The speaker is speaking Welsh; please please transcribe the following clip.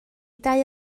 dau